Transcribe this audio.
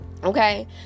okay